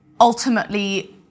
ultimately